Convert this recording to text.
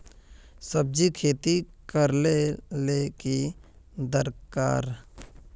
सब्जी खेती करले ले की दरकार?